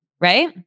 Right